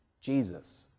Jesus